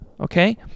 Okay